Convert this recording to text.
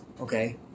Okay